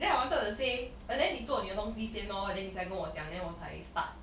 then I wanted to say orh then 你做你的东西先咯 then 你再跟我讲 then 我才 start